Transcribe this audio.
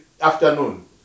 afternoon